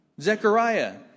Zechariah